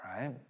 right